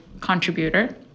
contributor